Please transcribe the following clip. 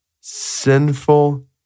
sinful